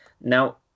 Now